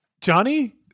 Johnny